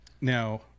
Now